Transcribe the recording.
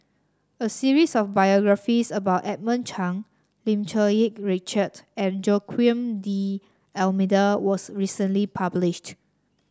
a series of biographies about Edmund Chen Lim Cherng Yih Richard and Joaquim D'Almeida was recently published